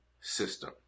system